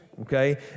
okay